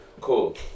Cool